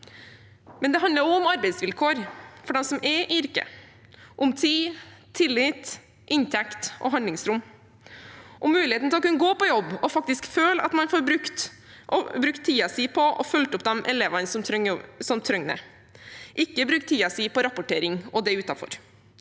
Det handler også om arbeidsvilkår for dem som er i yrket, om tid, tillit, inntekt, handlingsrom og muligheten til å kunne gå på jobb og faktisk føle at man får brukt tiden sin på å følge opp de elevene som trenger det, ikke bruke tiden sin på rapportering og det utenfor,